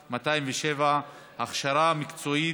בעד, 42,